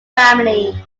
family